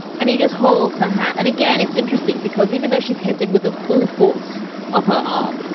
and he just holds her hand. and again, it's interesting because even though she's hit him with a full force of her arm,